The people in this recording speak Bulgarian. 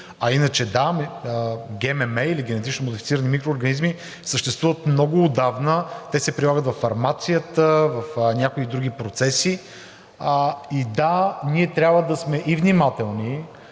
А иначе – да, ГММ, или генетично модифицирани микроорганизми, съществуват много отдавна – те се прилагат във фармацията, в някои други процеси. И да, ние трябва да сме и внимателни